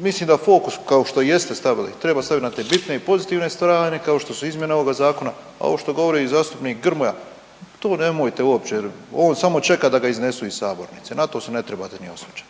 mislim da fokus kao što jeste stavili treba staviti na te bitne i pozitivne strane kao što su izmjena ovoga zakona. A ovo što govori zastupnik Grmoja to nemojte uopće, jer on samo čeka da ga iznesu iz sabornice. Na to se ne trebate ni osvrćati.